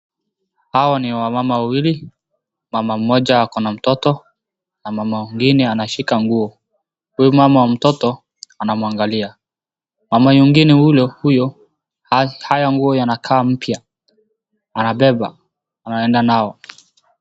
Hawa ni wamama wawili. Mama mmoja akona mtoto na mama mwingine anashika nguo. Huyu mama wa mtoto anamwangalia. Mama mwingine huyo hasa hayo nguo inakaa mpya, anabeba, anaenda nayo.